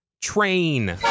train